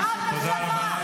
את אשמה.